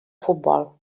futbol